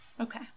Okay